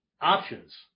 Options